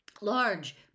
large